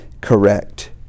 correct